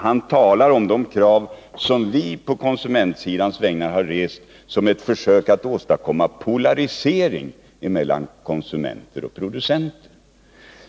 Han talar om de krav som vi socialdemokrater på konsumentsidans vägnar har rest som ett försök att åstadkomma polarisering mellan konsumenter och producenter.